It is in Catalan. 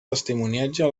testimoniatge